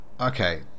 Okay